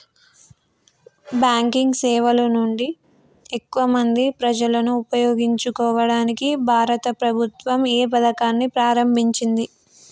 Banking సేవల నుండి ఎక్కువ మంది ప్రజలను ఉపయోగించుకోవడానికి భారత ప్రభుత్వం ఏ పథకాన్ని ప్రారంభించింది?